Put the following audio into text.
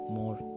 more